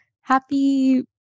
happy